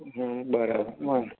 હં બરાબર હા